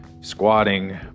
squatting